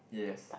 yes